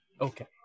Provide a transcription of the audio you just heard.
Okay